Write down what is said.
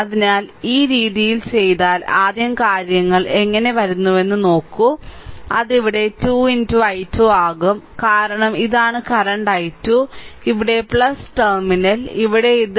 അതിനാൽ ഈ രീതിയിൽ ചെയ്താൽ ആദ്യം കാര്യങ്ങൾ എങ്ങനെ വരുന്നുവെന്ന് നോക്കൂ അത് ഇവിടെ 2 i2 ആക്കും കാരണം ഇതാണ് കറന്റ് i2 ഇവിടെ ടെർമിനൽ ഇവിടെ ഇത്